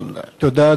תודה,